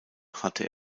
hatte